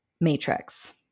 matrix